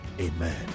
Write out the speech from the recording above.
amen